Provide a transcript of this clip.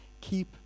keep